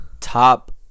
top